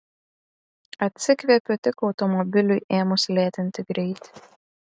atsikvepiu tik automobiliui ėmus lėtinti greitį